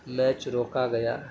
match روکا گیا